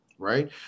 right